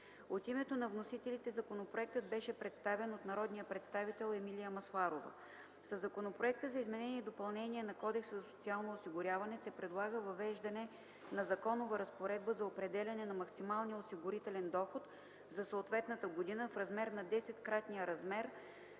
От името на вносителите законопроектът беше представен от народния представител Емилия Масларова. Със Законопроекта за изменение и допълнение на Кодекса за социално осигуряване се предлага въвеждане на законова разпоредба за определяне на максималния осигурителен доход за съответната година в размер на 10-кратния размер